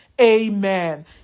Amen